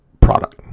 product